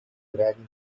granny